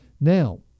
Now